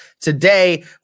Today